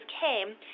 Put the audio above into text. came